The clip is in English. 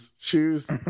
Shoes